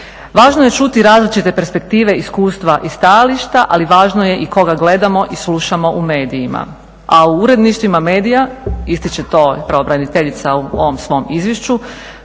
Važno je čuti različite perspektive, iskustva i stajališta ali je važno i koga gledamo i slušamo u medijima, a u uredništvima medija ističe to i pravobraniteljica u ovom svom izvješću,